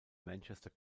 manchester